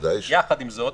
יחד עם זאת,